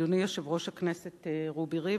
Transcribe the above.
אדוני יושב-ראש הכנסת רובי ריבלין,